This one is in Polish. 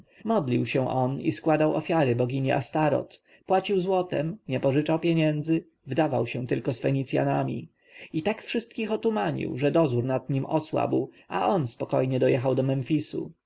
modlił się on i składał ofiary bogini astoreth płacił złotem nie pożyczał pieniędzy wdawał się tylko z fenicjanami i tak wszystkich otumanił że dozór nad nim osłabł a on spokojnie dojechał do memfisu tu